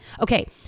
Okay